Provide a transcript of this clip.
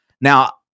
Now